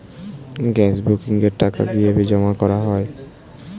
Gas বুকিংয়ের টাকা কিভাবে জমা করা হয়?